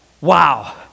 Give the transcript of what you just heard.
Wow